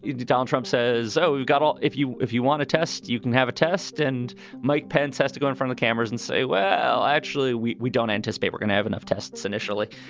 donald trump says, oh, you've got all if you if you want a test, you can have a test. and mike pence has to go in front of cameras and say, well, actually, we we don't anticipate we're gonna have enough tests initially.